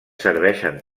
serveixen